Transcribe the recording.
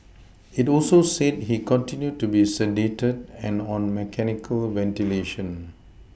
it also said he continued to be sedated and on mechanical ventilation